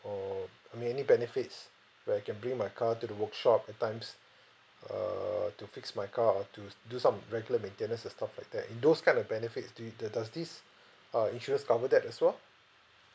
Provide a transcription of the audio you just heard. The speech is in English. oo I mean any benefits where I can bring my car to the workshop at times err to fix my car or to do some regular maintenance or stuff like that you know those kind of benefits do you the does this uh insurance cover that as well